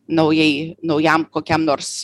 naujai naujam kokiam nors